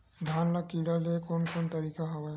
धान ल कीड़ा ले के कोन कोन तरीका हवय?